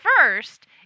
first